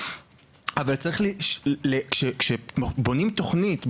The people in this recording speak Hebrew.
אבל כשבונים תוכנית,